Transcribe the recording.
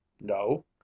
no